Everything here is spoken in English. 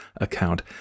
account